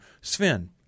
Sven